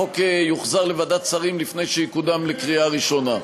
החוק יוחזר לוועדת שרים לפני שיקודם לקריאה ראשונה.